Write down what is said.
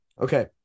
Okay